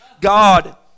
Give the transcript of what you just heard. God